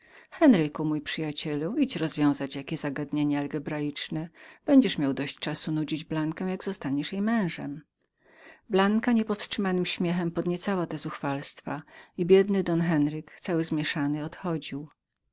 henryku mój przyjacielu idź rozwiązać jakie zadanie algebraiczne będziesz miał dość czasu nudzić blankę jak zostaniesz jej mężem blanka niepowstrzymanym śmiechem podniecała te zuchwalstwa i biedny don henryk cały zmieszany odchodził